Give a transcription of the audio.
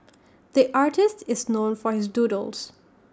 the artist is known for his doodles